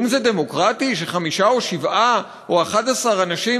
כלום זה דמוקרטי שחמישה או שבעה או 11 אנשים,